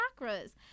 chakras